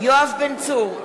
יואב בן צור,